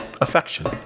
affection